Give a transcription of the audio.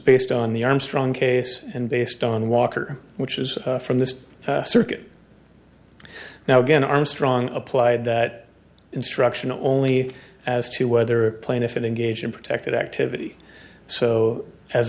based on the armstrong case and based on walker which is from this circuit now again armstrong applied that instruction only as to whether plaintiff in engaged in protected activity so as